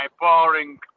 boring